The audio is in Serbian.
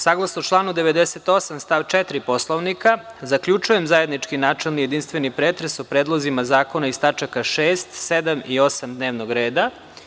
Saglasno članu 98. stav 4. Poslovnika zaključujem zajednički načelni jedinstveni pretres o predlozima zakona iz tačaka 6, 7. i 8. dnevnog reda.